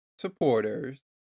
Supporters